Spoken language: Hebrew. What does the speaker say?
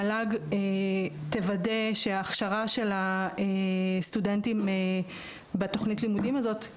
מל"ג תוודא שההכשרה של הסטודנטים בתכנית הלימודים של עוזרי הרופא